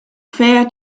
fair